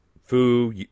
Fu